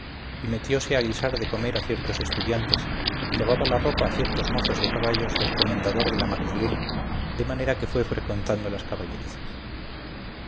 y metióse a guisar de comer a ciertos estudiantes y lavaba la ropa a ciertos mozos de caballos del comendador de la magdalena de manera que fue frecuentando las caballerizas